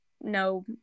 no